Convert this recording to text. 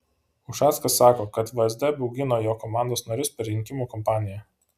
ušackas sako kad vsd baugino jo komandos narius per rinkimų kampaniją